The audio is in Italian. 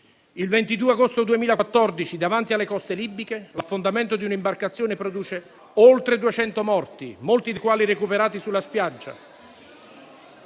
Il 22 agosto 2014, davanti alle coste libiche, l'affondamento di un'imbarcazione produce oltre 200 morti, molti dei quali recuperati sulla spiaggia.